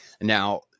Now